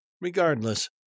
Regardless